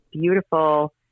beautiful